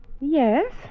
Yes